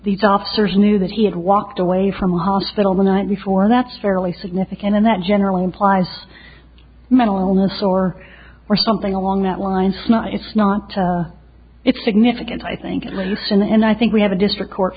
these officers knew that he had walked away from a hospital the night before that's fairly significant and that generally implies mental illness or or something along that line it's not it's significant i think sin and i think we have a district court